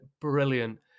brilliant